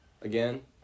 again